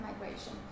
migration